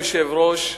אדוני היושב-ראש,